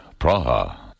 Praha